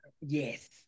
Yes